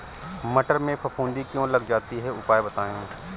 मटर में फफूंदी क्यो लग जाती है उपाय बताएं?